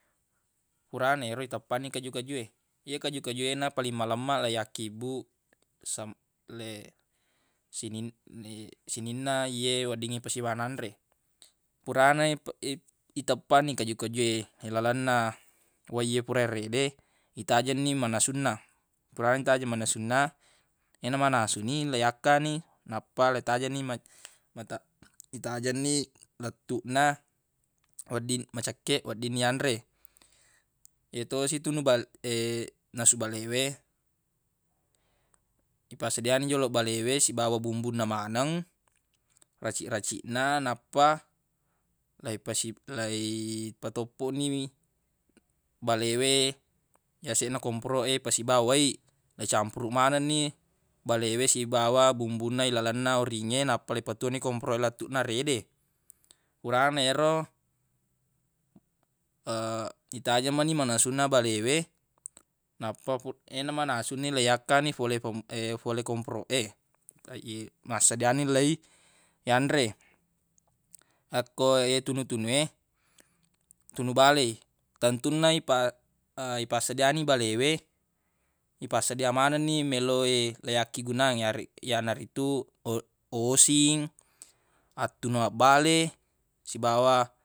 Furana ero iteppanni kaju-kaju e ye kaju-kaju e na paling malemmaq yakkibbuq sem- le- sinin- sininna ye weddingnge ipasiba nanre purana ip- iteppanni kaju-kaju e ilalenna wai e fura rede itajenni manasunna furana itajeng manasunna yena manasuni leiyakka ni nappa leitajenni ma- mate- itajenni lettuq na wedding macekkeq weddinni yanre yetosi tunu bale- nasu bale we ipassedia ni joloq bale we sibawa bumbunna maneng raciq-raciq na nappaq leipasi- leipatoppoq ni balewe yaseq na komporoq e ipasiba wai leicampuruq manenni balewe sibawa bumbunna ilalenna oringnge nappa leipatuwo ni komporoq e letuuq na rede furana ero itajeng meni manasunna balewe nappa fu- yena manasuni leiyakkani fole famut- fole komporoq e massedia ni leiyanre yakko ye tunu-tunu e tunu bale tentunna ipa- ipassedia ni bale we ipassedia manenni meloq e leiyakkegunang yanaritu o- osing attunuang bale sibawa